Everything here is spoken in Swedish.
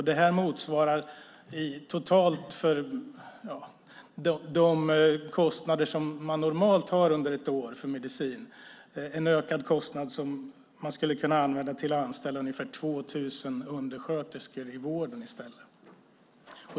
Det motsvarar totalt för de kostnader som man normalt har under ett år för medicin en ökad kostnad som man skulle kunna använda till att anställa ungefär 2 000 undersköterskor i vården i stället.